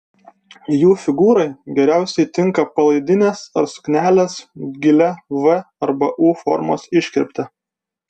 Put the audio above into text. jų figūrai geriausiai tinka palaidinės ar suknelės gilia v arba u formos iškirpte